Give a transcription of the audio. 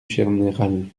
général